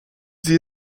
sie